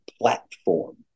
platform